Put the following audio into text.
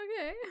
Okay